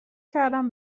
کردم